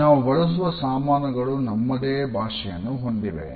ನಾವು ಬಳಸುವ ಸಾಮಾನುಗಳು ತಮ್ಮದೇ ಭಾಷೆಯನ್ನು ಹೊಂದಿವೆ